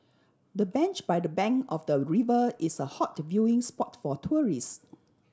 the bench by the bank of the river is a hot viewing spot for tourists